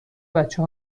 بچه